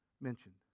mentioned